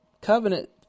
covenant